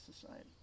society